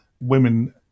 women